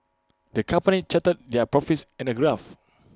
the company charted their profits in A graph